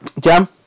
Jam